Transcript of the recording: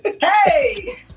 Hey